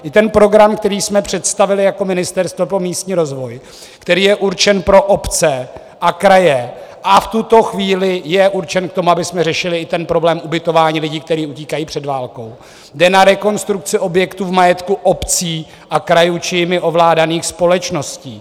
I ten program, který jsme představili jako Ministerstvo pro místní rozvoj, který je určen pro obce a kraje a v tuto chvíli je určen k tomu, abychom řešili i problém ubytování lidí, kteří utíkají před válkou, jde na rekonstrukci objektů v majetku obcí a krajů či jimi ovládaných společností.